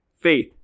faith